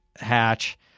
hatch